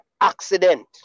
accident